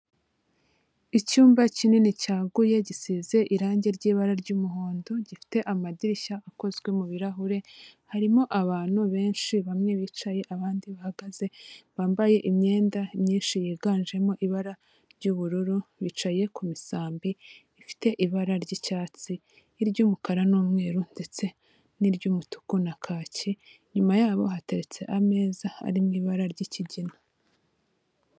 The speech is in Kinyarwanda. Icyumba kinini cyaguye gisize irangi ry'ibara ry'umuhondo, gifite amadirishya akozwe mu birahure, harimo abantu benshi bamwe bicaye abandi bahagaze, bambaye imyenda myinshi yiganjemo ibara ry'ubururu, bicaye ku misambi ifite ibara ry'icyatsi, iry'umukara n'umweru, ndetse n'iry'umutuku na kacyi, inyuma yabo hateretse ameza ari mu ibara ry'ikigina.